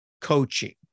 coaching